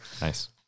Nice